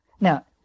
Now